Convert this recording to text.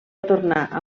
tornar